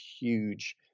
huge